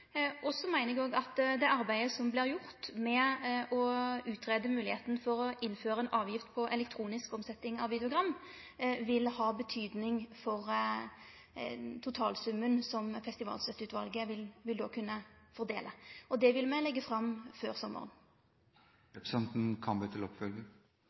Så meiner eg òg at det arbeidet som vart gjort med å utgreie moglegheita for å innføre ei avgift på elektronisk omsetjing av videogram, vil ha betydning for totalsummen som Festivalstøtteutvalet vil kunne fordele. Det vil me leggje fram før